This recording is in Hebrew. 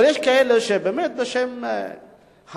אבל יש כאלה שבאמת, בשם התחרות,